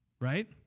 Right